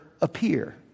appear